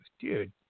Dude